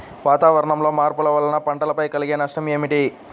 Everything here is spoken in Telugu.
వాతావరణంలో మార్పుల వలన పంటలపై కలిగే నష్టం ఏమిటీ?